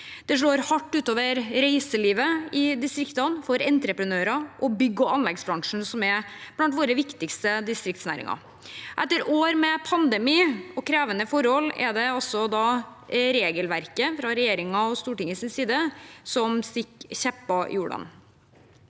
Det går hardt ut over reiselivet i distriktene og entreprenører og bygg- og anleggsbransjen, som er blant våre viktigste distriktsnæringer. Etter år med pandemi og krevende forhold er det altså regelverket fra regjeringens og Stortingets side som stikker kjepper